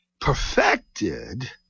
perfected